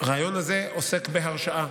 הרעיון הזה עוסק בהרשעה.